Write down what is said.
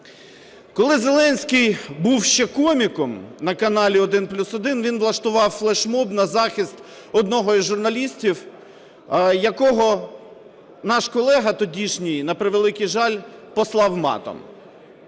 Коли Зеленський був ще коміком на каналі 1+1, він влаштував флешмоб на захист одного із журналістів, якого наш колега тодішній, на превеликий жаль, послав матом.